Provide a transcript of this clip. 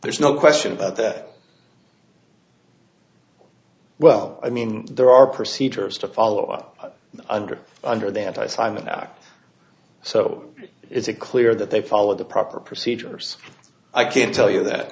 there's no question about that well i mean there are procedures to follow up under under the anti simon act so it's a clear that they followed the proper procedures i can tell you that